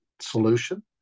solution